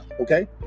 okay